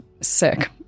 sick